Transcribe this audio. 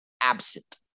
absent